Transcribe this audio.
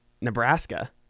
Nebraska